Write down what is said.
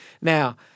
Now